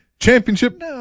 Championship